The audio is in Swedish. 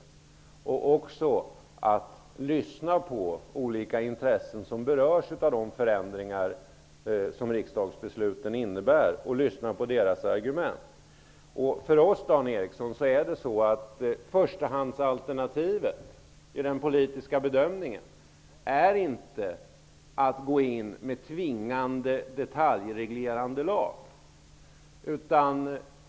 Man måste också lyssna på olika intressen som berörs av de förändringar som riksdagsbesluten innebär, och höra deras argument. För oss, Dan Eriksson, är förstahandsalternativet i den politiska bedömningen inte att gå in med tvingande, detaljreglerande lag.